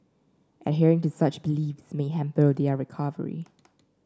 adhering to such beliefs may hamper their recovery